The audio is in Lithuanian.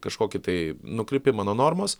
kažkokį tai nukrypimą nuo normos